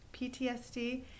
PTSD